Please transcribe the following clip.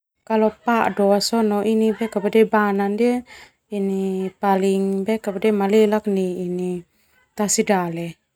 Kalo pa'do sona ini bana ndia, ini paling malelak nai tasi dale.